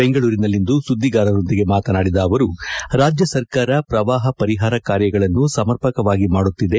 ಬೆಂಗಳೂರಿನಲ್ಲಿಂದು ಸುದ್ದಿಗಾರರೊಂದಿಗೆ ಮಾತನಾದಿದ ಅವರು ರಾಜ್ಯಸರ್ಕಾರ ಪ್ರವಾಹ ಪರಿಹಾರ ಕಾರ್ಯಗಳನ್ನು ಸಮರ್ಪಕವಾಗಿ ಮಾಡುತ್ತಿದೆ